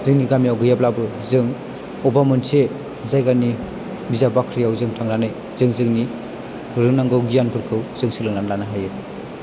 जोंनि गामियाव गैयाब्लाबो जों अबावबा मोनसे जायगानि बिजाब बाख्रियाव जों थांनानै जों जोंनि रोनांगौ गियानफोरखौ जों सोलोंनानै लानो हायो